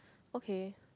okay